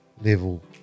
level